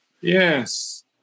Yes